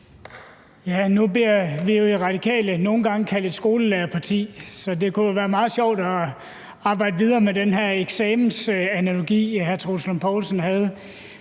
Nu bliver Radikale jo nogle gange kaldt et skolelærerparti, så det kunne jo være meget sjovt at arbejde videre med den her eksamensanalogi, hr. Troels Lund Poulsen havde.